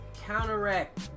counteract